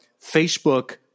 Facebook